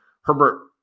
Herbert